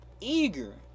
eager